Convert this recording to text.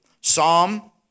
Psalm